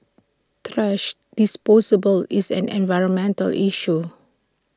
thrash disposal is an environmental issue